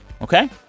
okay